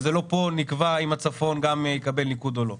שזה לא פה נקבע אם הצפון גם יקבל ניקוד או לא,